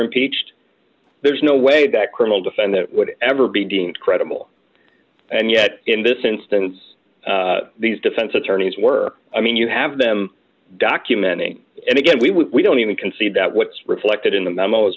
impeached there's no way that criminal defendant would ever be deemed credible and yet in this instance these defense attorneys were i mean you have them documenting and again we we don't even concede that what's reflected in the memo